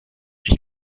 ich